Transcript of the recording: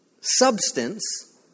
substance